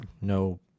no